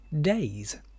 days